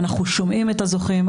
אנחנו שומעים את הזוכים,